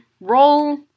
Roll